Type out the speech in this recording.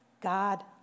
God